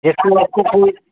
जिससे बच्चों की